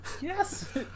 Yes